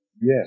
Yes